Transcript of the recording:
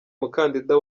mukandida